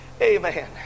Amen